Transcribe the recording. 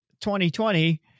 2020